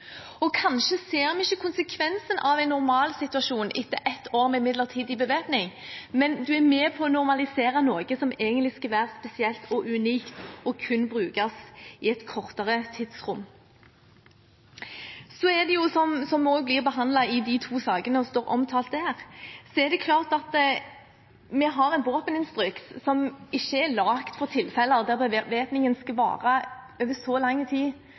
Kanskje ser vi ikke konsekvensen av en normalsituasjon etter ett år med midlertidig bevæpning, men man er med på å normalisere noe som egentlig skal være spesielt og unikt og kun brukes i et kortere tidsrom. Så er det slik, som også blir behandlet i de to sakene, og står omtalt, at vi har en våpeninstruks som ikke er laget for tilfeller der bevæpningen skal vare over så lang tid